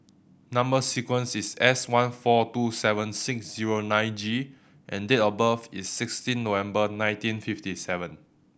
number sequence is S one four two seven six zero nine G and date of birth is sixteen November nineteen fifty seven